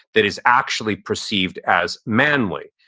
that is actually perceived as manly.